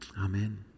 Amen